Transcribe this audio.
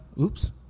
oops